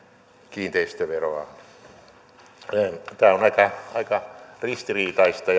kiinteistöveroa tämä sosialidemokraattien ajatuskulku on aika ristiriitaista